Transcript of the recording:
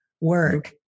work